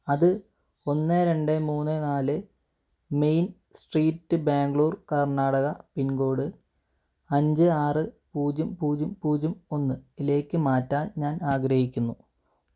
അത് ഒന്ന് രണ്ട് മൂന്ന് നാല് main street Bangalore Karnataka pincode അഞ്ച് ആറ് പൂജ്യം പൂജ്യം പൂജ്യം ഒന്നിലേക്ക് മാറ്റാൻ ഞാൻ ആഗ്രഹിക്കുന്നു